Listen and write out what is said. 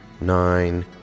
nine